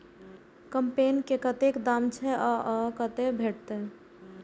कम्पेन के कतेक दाम छै आ कतय भेटत?